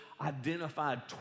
identified